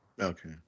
Okay